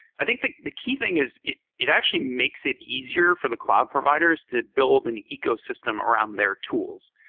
i think the the key thing is it it actually makes it easier for the cloud providers to build an ecosystem around their tools.